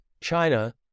China